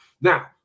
Now